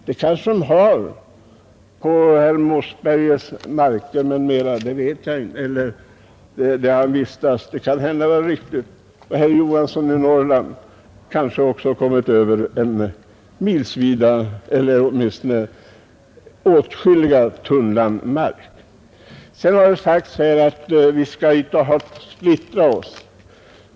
Så är det väl på de marker där herr Mossberger vistas, och herr Johansson i Holmgården har kanske också kommit över åtskilliga tunnland mark. Sedan har det sagts här att vi inte skall splittra oss.